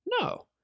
No